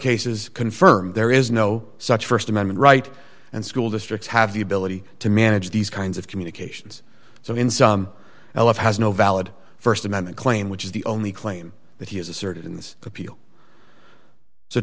cases confirmed there is no such st amendment right and school districts have the ability to manage these kinds of communications so in some l f has no valid st amendment claim which is the only claim that he has a